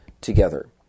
together